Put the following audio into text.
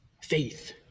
Faith